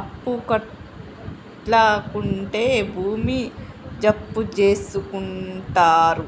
అప్పుకట్లకుంటే భూమి జప్తుజేసుకుంటరు